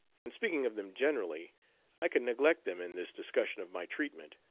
and speaking of them generally i can neglect them in this discussion of my treatment,